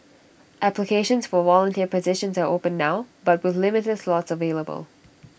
applications for volunteer positions are open now but with limited slots available